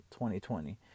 2020